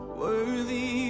worthy